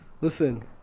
Listen